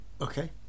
okay